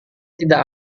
tidak